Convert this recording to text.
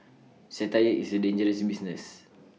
satire is A dangerous business